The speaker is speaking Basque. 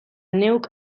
neuk